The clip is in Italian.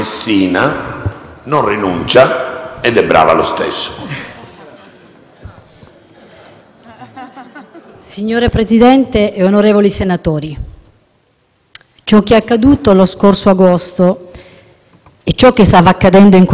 Signor Presidente, onorevoli senatori, ciò che è accaduto lo scorso agosto e ciò che stava accadendo in queste ore apre una ferita profonda nel cuore dei sacri e altissimi valori